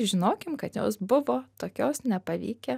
žinokim kad jos buvo tokios nepavykę